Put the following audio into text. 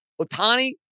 Otani